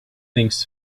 thanks